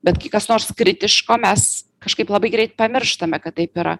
bet kai kas nors kritiško mes kažkaip labai greit pamirštame kad taip yra